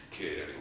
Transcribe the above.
Kid